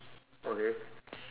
okay